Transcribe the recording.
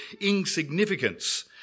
insignificance